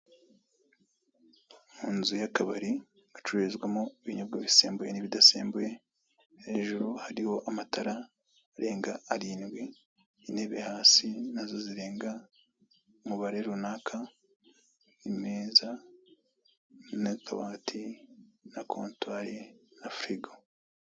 Munzu y'akabari, hacururizwamo ibinyobwa bisembuye n'ibidasembuye. Hejuru hariho amatara arenga arindwi, intebe hasi nazo zirenga umubare runaka, imeza n'akabati na kontwari na furigo.